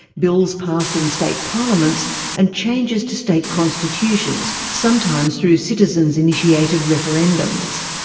bills passed in state parliaments and changes to state constitutions, sometimes through citizens-initiated referendums.